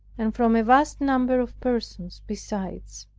and from a vast number of persons besides!